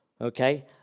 Okay